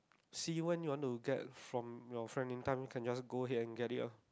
see when you want to get from your friend in time then can just go ahead and get it loh